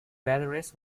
batteries